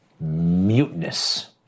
Mutinous